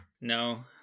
no